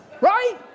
Right